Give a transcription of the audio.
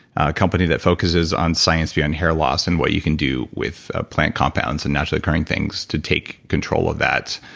company that focuses on science behind and hair loss and what you can do with ah plant compounds and naturally occurring things to take control of that.